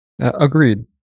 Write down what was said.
Agreed